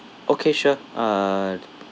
okay sure err